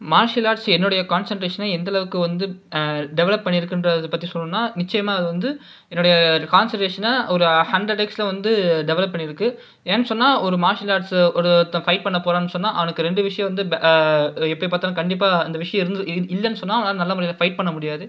martial arts என்னோடைய கான்சன்ட்ரேஷனை எந்த அளவுக்கு வந்து டெவலப் பண்ணிருக்குன்றதை பற்றி சொல்லனுனா நிச்சயமாக அது வந்து என்னோடைய கான்சன்ட்ரேஷனை ஒரு ஹண்ட்ரெட் டேஸில் வந்து டெவலப் பண்ணிருக்கு ஏன் சொன்ன ஒரு மார்ஷியல் ஆர்ட்ஸ் ஒருத்தன் ஃபைட் பண்ண போகறானு சொன்னால் அவனுக்கு ரெண்டு விஷியோம் வந்து எப்படி பார்த்தாலும் கண்டிப்பாக இந்த விஷியோம் இருந் இல்லைனு சொன்னால் அவனால் நல்ல முறையில ஃபைட் பண்ண முடியாது